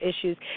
issues